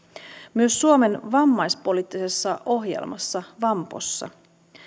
myös suomen vammaispoliittisessa ohjelmassa vampossa